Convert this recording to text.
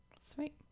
sweet